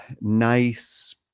nice